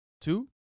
Two